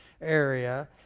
area